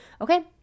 okay